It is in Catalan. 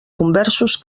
conversos